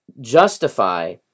justify